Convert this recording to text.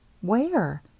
Where